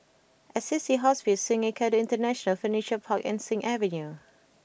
Assisi Hospice Sungei Kadut International Furniture Park and Sing Avenue